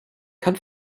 kann